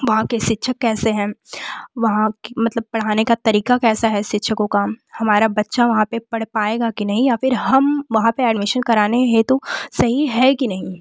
वहाँ के शिक्षक कैसे हैं वहाँ की मतलब पढ़ाने का तरीका कैसा है शिक्षकों का हमारा बच्चा वहाँ पर पढ़ पाएगा कि नहीं या फ़िर हम वहाँ पर एडमिशन कराने हेतु सही है कि नहीं